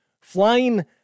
flying